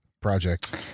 project